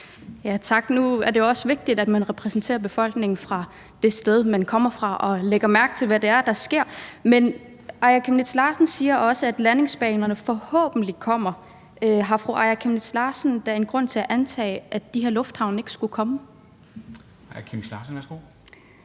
Nu er det også vigtigt, at man repræsenterer befolkningen fra det sted, man kommer fra, og lægger mærke til, hvad det er, der sker. Men Aaja Chemnitz Larsen siger også, at landingsbanerne forhåbentlig kommer. Har fru Aaja Chemnitz Larsen da en grund til at antage, at de her lufthavne ikke skulle komme? Kl. 13:21 Formanden